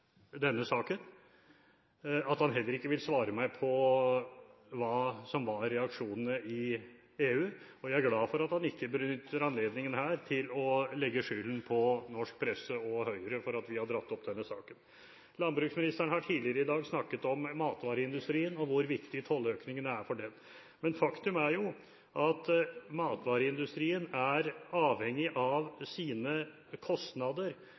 denne saken, og at han heller ikke vil svare meg på spørsmålet om hva som var reaksjonene i EU. Jeg er glad for at han ikke benytter anledningen her til å legge skylden på norsk presse og Høyre for å ha dratt opp denne saken. Landbruksministeren har tidligere i dag snakket om matvareindustrien og hvor viktig tolløkningene er for den. Men faktum er at matvareindustrien er avhengig av sine kostnader,